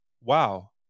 wow